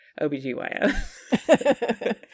OBGYN